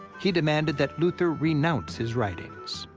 he demanded that luther renounce his writings.